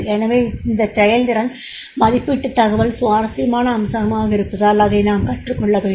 எனவே இந்தச் செயல்திறன் மதிப்பீட்டுத் தகவல் சுவாரஸ்யமான அம்சமாக இருப்பதால் இதை நாம் கற்றுக்கொள்ள வேண்டும்